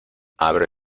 abre